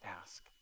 ask